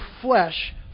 flesh